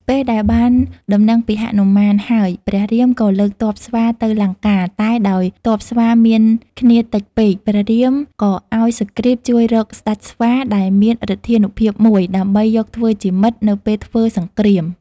ពេលដែលបានដំណឹងពីហនុមានហើយ ព្រះរាមក៏លើកទ័ពស្វាទៅលង្កា តែដោយទ័ពស្វាមានគ្នាតិចពេក ព្រះរាមក៏ឱ្យសុគ្រីពជួយរកស្តេចស្វាដែលមានឫទ្ធានុភាពមួយ ដើម្បីយកធ្វើជាមិត្តនៅពេលធ្វើសង្គ្រាម។